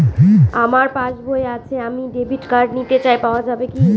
আমার পাসবই আছে আমি ডেবিট কার্ড নিতে চাই পাওয়া যাবে কি?